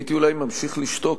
הייתי אולי ממשיך לשתוק,